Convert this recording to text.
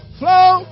flow